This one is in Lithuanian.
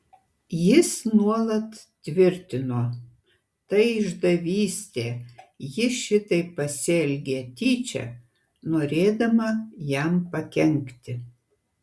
jis nuolat tvirtino tai išdavystė ji šitaip pasielgė tyčia norėdama jam pakenkti